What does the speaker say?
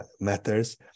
matters